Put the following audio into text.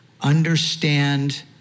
understand